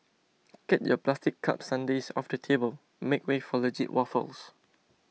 get your plastic cup sundaes off the table make way for legit waffles